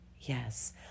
yes